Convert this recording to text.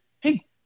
hey